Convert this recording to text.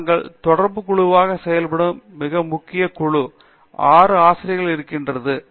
நாங்கள் தொடர்பு குழுவாக செயல்படும் மிகவும் பெரிய குழு அது 6 ஆசிரியர்களாக இருக்கிறது